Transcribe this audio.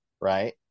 right